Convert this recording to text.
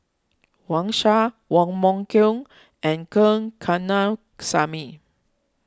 Wang Sha Wong Meng Voon and Gn Kanna Samy